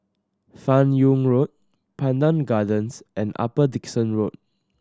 Fan Yoong Road Pandan Gardens and Upper Dickson Road